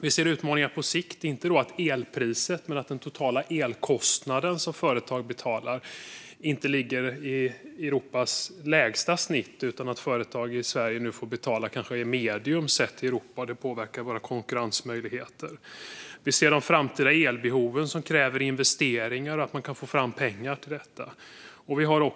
Vi ser utmaningar på sikt eftersom den totala elkostnad - alltså inte elpriset - som företag i Sverige betalar inte ligger på Europas lägsta snitt utan på medium, vilket påverkar våra konkurrensmöjligheter. Vi ser att de framtida elbehoven kräver investeringar och att man kan få fram pengar till detta.